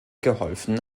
geholfen